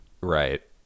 Right